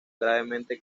gravemente